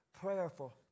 prayerful